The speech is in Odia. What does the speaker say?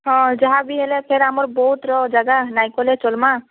ହଁ ଯାହାବି ହେଲେ ଫେର୍ ଆମର୍ ବୌଦ୍ଧର ଜାଗା ନାଇଁ କଲେ ଚଲମା